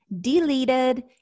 Deleted